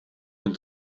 hun